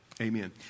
Amen